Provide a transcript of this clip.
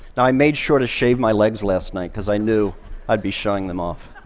now, i made sure to shave my legs last night, because i knew i'd be showing them off.